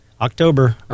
October